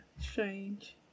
strange